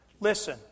Listen